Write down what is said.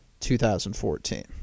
2014